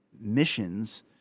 missions